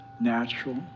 natural